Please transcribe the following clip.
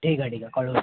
ठीक आहे ठीक आहे कळवतो